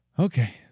Okay